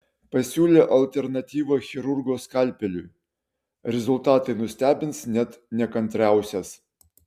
pasiūlė alternatyvą chirurgo skalpeliui rezultatai nustebins net nekantriausias